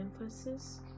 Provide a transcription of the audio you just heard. emphasis